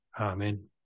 Amen